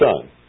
son